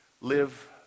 live